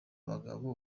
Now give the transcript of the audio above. bagabo